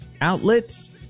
outlets